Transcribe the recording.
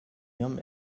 ihrem